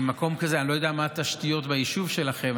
אני לא יודע מה התשתיות ביישוב שלכם,